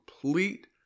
complete